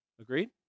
Agreed